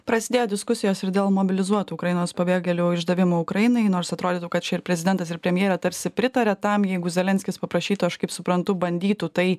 prasidėjo diskusijos ir dėl mobilizuotų ukrainos pabėgėlių išdavimo ukrainai nors atrodytų kad čia ir prezidentas ir premjerė tarsi pritaria tam jeigu zelenskis paprašytų aš kaip suprantu bandytų tai